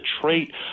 trait